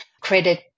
credit